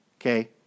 Okay